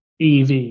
EV